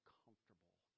comfortable